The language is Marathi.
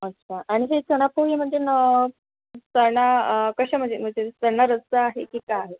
अच्छा आणखी चणा पोळी म्हणजे ना चणा कशा म्हणजे म्हणजे चणा रस्सा आहे की काय आहे